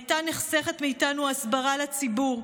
הייתה נחסכת מאיתנו הסברה לציבור,